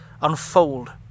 unfold